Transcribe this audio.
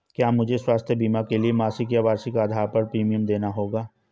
क्या मुझे स्वास्थ्य बीमा के लिए मासिक या वार्षिक आधार पर प्रीमियम देना होगा?